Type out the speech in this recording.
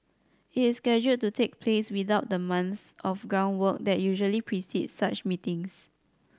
it is scheduled to take place without the months of groundwork that usually precedes such meetings